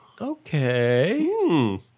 Okay